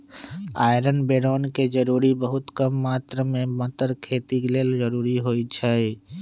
iron बैरौन के जरूरी बहुत कम मात्र में मतर खेती लेल जरूरी होइ छइ